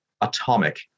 Atomic